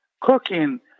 Cooking